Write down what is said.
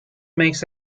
makes